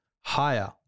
higher